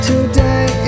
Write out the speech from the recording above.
today